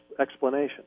explanation